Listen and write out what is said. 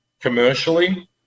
commercially